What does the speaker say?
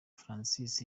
francis